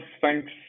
Thanks